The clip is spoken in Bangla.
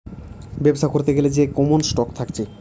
বেবসা করতে গ্যালে যে কমন স্টক থাকছে